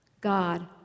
God